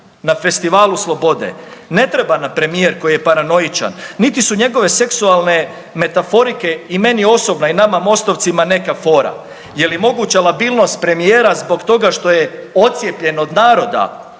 na Festivalu slobodu ne treba nam premijer koji je paranoičan, niti su njegove seksualne metaforike i meni osobno i nama MOST-ovcima neka fora. Je li moguća labilnost premijera zbog toga što je ocijepljen od naroda,